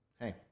Hey